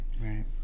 Right